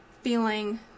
feeling